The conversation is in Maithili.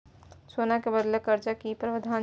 सोना के बदला कर्ज के कि प्रावधान छै?